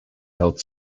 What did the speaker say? held